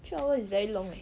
three hour is very long leh